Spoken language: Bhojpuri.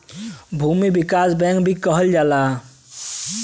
भूमि विकास बैंक भी कहल जाला